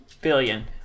Billion